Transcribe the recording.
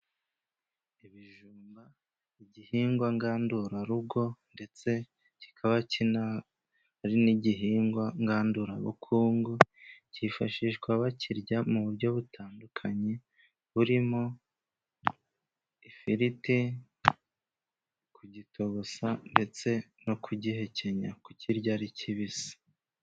Ibijumba, igihingwa ngandurarugo ndetse kikaba ari n'igihingwa ngengabukungu. Cyifashishwa bakirya mu buryo butandukanye burimo ifiriti, kugitogosa ndetse no kugihekenya, kukirya ari kibisi.